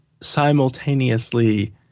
simultaneously